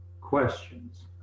questions